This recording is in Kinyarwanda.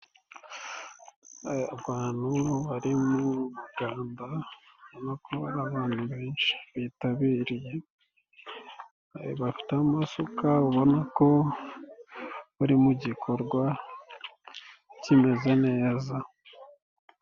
Abantu bari mu muganda urabona ko ari abantu benshi tabiriye bafite amasuka ubona ko bari mu gikorwa kimeze neza.